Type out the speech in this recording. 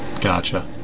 Gotcha